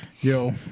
Yo